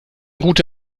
route